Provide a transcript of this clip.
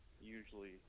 usually